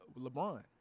LeBron